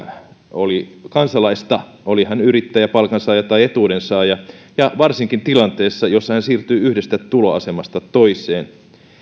oli kansalaista oli hän yrittäjä palkansaaja tai etuudensaaja ja varsinkin tilanteessa jossa hän siirtyy yhdestä tuloasemasta toiseen